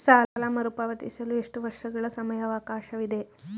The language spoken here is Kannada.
ಸಾಲ ಮರುಪಾವತಿಸಲು ಎಷ್ಟು ವರ್ಷಗಳ ಸಮಯಾವಕಾಶವಿದೆ?